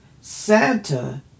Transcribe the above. Santa